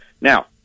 Now